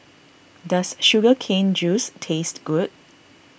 does Sugar Cane Juice taste good